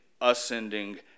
ascending